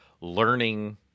learning